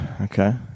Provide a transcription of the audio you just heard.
okay